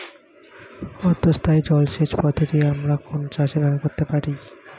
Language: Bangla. অর্ধ স্থায়ী জলসেচ পদ্ধতি আমরা কোন চাষে ব্যবহার করতে পারি?